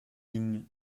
vignes